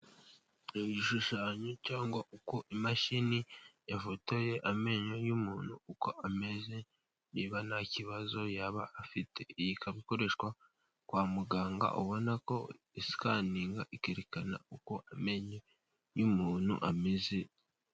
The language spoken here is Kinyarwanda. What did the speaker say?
Ishushanyo cyangwa uko imashini yafotoye amenyo y'umuntu uko ameze niba nta kibazo yaba afite ikaba ikoreshwa kwa muganga ubona ko isikaninga ikerekana uko amenyo y'umuntu ameze.